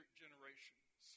generations